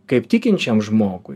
kaip tikinčiam žmogui